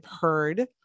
heard